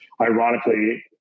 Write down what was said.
Ironically